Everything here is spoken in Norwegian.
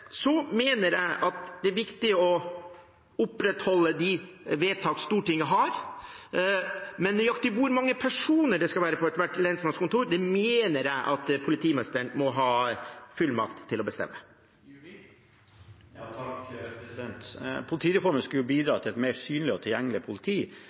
Jeg mener det er viktig å opprettholde de vedtak Stortinget har, men nøyaktig hvor mange personer det skal være på hvert lensmannskontor, må politimestrene ha fullmakt til å bestemme. Politireformen skulle bidra til et mer synlig og tilgjengelig politi,